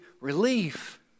relief